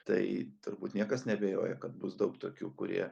tai turbūt niekas neabejoja kad bus daug tokių kurie